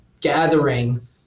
gathering